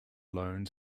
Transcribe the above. loans